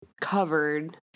covered